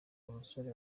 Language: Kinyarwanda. umusoro